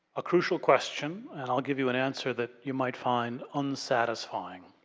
a crucial question and i'll give you an answer that you might find unsatisfying.